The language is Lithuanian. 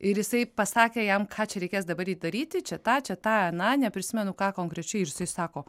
ir jisai pasakė jam ką čia reikės dabar daryti čia tą čia tą na neprisimenu ką konkrečiai ir jisai sako